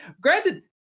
Granted